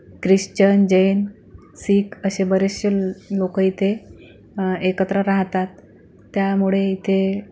Christian Jain Sikh असे बरेचसे लोक इथे एकत्र राहतात त्यामुळे इथे